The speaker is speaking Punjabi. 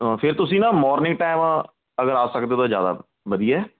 ਹਾਂ ਫਿਰ ਤੁਸੀਂ ਨਾ ਮੋਰਨਿੰਗ ਟਾਈਮ ਅਗਰ ਆ ਸਕਦੇ ਤਾਂ ਜ਼ਿਆਦਾ ਵਧੀਆ